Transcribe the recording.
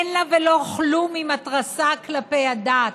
אין לה ולא כלום עם התרסה כלפי הדת.